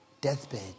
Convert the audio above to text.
deathbed